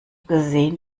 gesehen